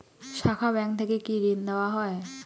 শাখা ব্যাংক থেকে কি ঋণ দেওয়া হয়?